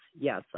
Yes